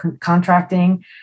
contracting